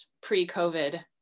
pre-COVID